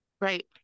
Right